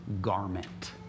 garment